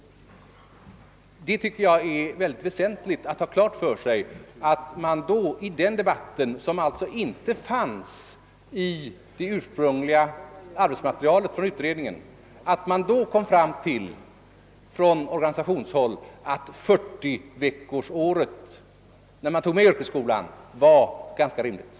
Det är mycket väsentligt att ha klart för sig att man i den diskussionen — vars förutsättningar alltså inte fanns med i det ursprungliga arbetsmaterialet från utredningen — från organisationshåll kom fram till att 40-veckorsläsåret, yrkesskolan inräknad, var en ganska rimlig lösning.